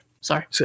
sorry